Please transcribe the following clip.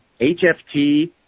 HFT